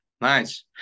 Nice